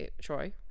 Troy